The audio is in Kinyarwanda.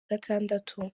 gatandatu